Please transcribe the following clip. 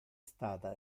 stata